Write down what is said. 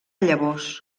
llavors